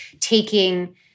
taking